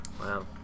Wow